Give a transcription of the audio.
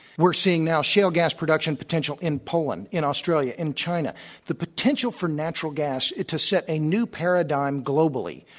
we're seeing now shale gas production potential in poland, in australia, in china. the potential for natural gas is to set a new paradigm globally,